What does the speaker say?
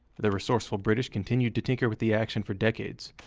the resourceful british continued to tinker with the action for decades,